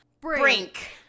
Brink